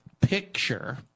picture